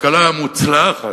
הכלכלה המוצלחת,